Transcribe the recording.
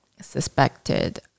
suspected